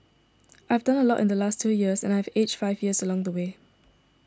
I have done a lot in the last two years and I have aged five years along the way